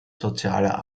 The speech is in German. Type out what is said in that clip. sozialer